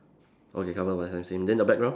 okay covered by some scene then the background